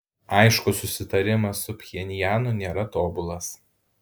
aišku susitarimas su pchenjanu nėra tobulas